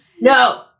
No